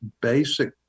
basic